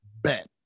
bet